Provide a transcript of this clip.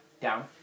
Down